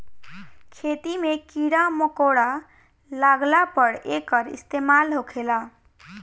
खेती मे कीड़ा मकौड़ा लगला पर एकर इस्तेमाल होखेला